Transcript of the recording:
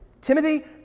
Timothy